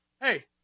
hey